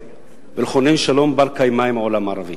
ולכונן שלום בר-קיימא עם העולם הערבי,